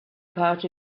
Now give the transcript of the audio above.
part